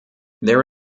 there